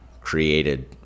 created